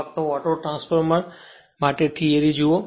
ફક્ત auto transformer માટે theory જુઓ